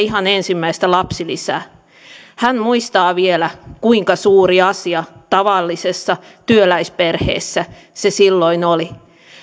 ihan ensimmäistä lapsilisää hän muistaa vielä kuinka suuri asia tavallisessa työläisperheessä se silloin oli